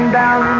down